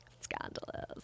Scandalous